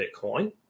Bitcoin